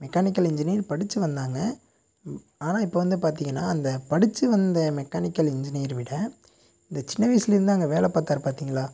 mechanical engineer படித்து வந்தாங்க ஆனால் இப்போ வந்து பார்த்தீங்கனா அந்த படித்து வந்த மெக்கானிக்கல் இன்ஜினியரை விட இந்த சின்ன வயதிலருந்து அங்கே வேலை பார்த்தாரு பார்த்தீங்களா